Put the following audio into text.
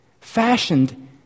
fashioned